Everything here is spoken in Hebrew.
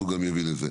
אז הוא גם יבין את זה.